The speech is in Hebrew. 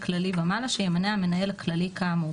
כללי ומעלה שימנה המנהל הכללי כאמור,